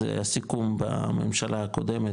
הסיכום בממשלה הקודמת,